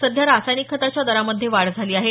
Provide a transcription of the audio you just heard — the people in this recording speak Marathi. सध्या रासायनिक खताच्या दरामध्ये वाढ झाली आहे